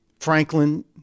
Franklin